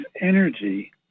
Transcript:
energy